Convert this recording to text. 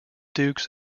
dukes